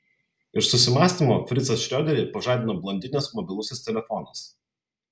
iš susimąstymo fricą šrioderį pažadino blondinės mobilusis telefonas